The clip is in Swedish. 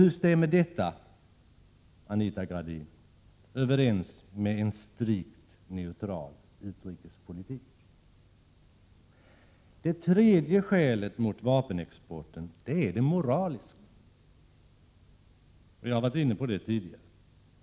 Hur stämmer detta överens med en strikt neutral utrikespolitik, Anita Gradin? Ett tredje skäl mot vapenexporten är det moraliska, som jag har varit inne på tidigare.